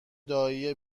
دایی